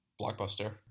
blockbuster